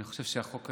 אני חושב שהחוק הזה,